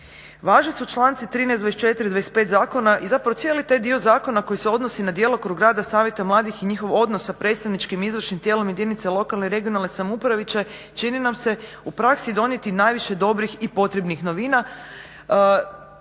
Važni su članci 13., 24., 25. Zakona i zapravo cijeli taj dio zakona koji se odnosi na djelokrug rada savjeta mladih i njihov odnos sa predstavničkim izvršnim tijelom jedinice lokalne i regionalne samouprave će čini nam se u praksi donijeti najviše dobrih i potrebnih novina